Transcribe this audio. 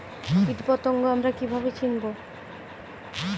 কীটপতঙ্গ আমরা কীভাবে চিনব?